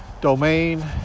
Domain